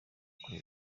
kuri